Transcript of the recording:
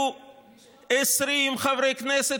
חברת הכנסת